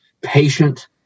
patient